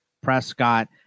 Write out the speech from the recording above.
Prescott